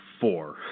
Four